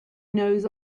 knows